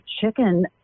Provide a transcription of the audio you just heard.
chicken